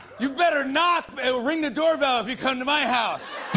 you better knock ring the doorbell if you come to my house.